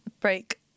break